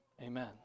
amen